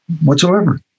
whatsoever